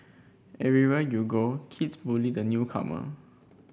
everywhere you go kids bully the newcomer